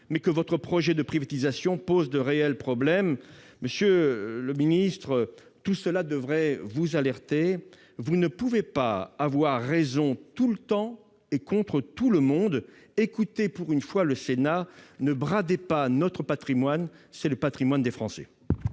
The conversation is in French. pas une opposition de principe, mais il soulève de réels problèmes. Monsieur le ministre, tout cela devrait vous alerter. Vous ne pouvez pas avoir raison tout le temps et contre tout le monde. Écoutez pour une fois le Sénat, ne bradez pas notre patrimoine, le patrimoine des Français.